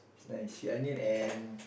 nice sea onion and